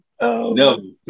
No